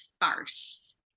farce